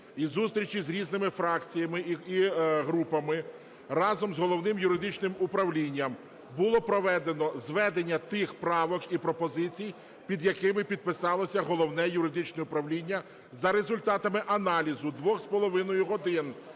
і зустрічей з різними фракціями і групами, разом з Головним юридичним управлінням було проведено зведення тих правок і пропозицій, під якими підписалося Головне юридичне управління, за результатами аналізу двох